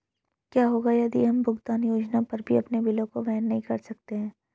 क्या होगा यदि हम भुगतान योजना पर भी अपने बिलों को वहन नहीं कर सकते हैं?